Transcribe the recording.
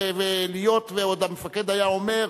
ועוד המפקד היה אומר: